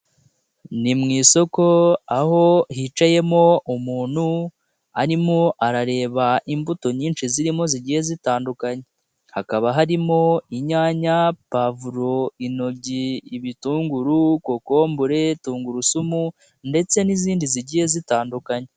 Ni mu isoko aho hicayemo umuntu arimo arareba imbuto nyinshi zirimo zigiye zitandukanye hakaba harimo inyanya, pavuro, intoryi, ibitunguru, kokombure, tungurusumu ndetse n'izindi zigiye zitandukanye.